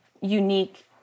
unique